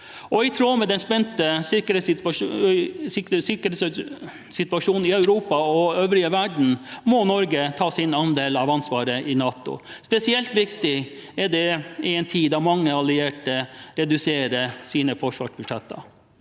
I tråd med den spente sikkerhetssituasjonen i Europa og den øvrige verden må Norge ta sin andel av ansvaret i NATO. Spesielt viktig er det i en tid da mange allierte reduserer sine forsvarsbudsjetter.